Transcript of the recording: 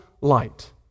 light